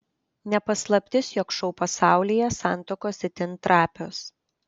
ne paslaptis jog šou pasaulyje santuokos itin trapios